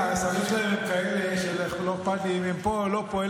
השרים הם כאלה שזה לא אכפת לי אם הם פה או לא פה.